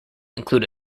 include